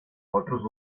otros